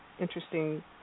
interesting